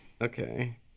okay